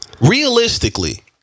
realistically